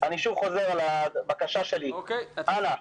אני שוב חוזר על הבקשה שלי: אנא,